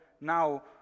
now